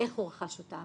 איך הוא רכש אותם,